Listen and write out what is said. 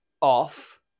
off